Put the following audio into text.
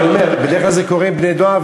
אני אומר: בדרך כלל זה קורה עם בני-נוער,